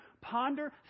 ponder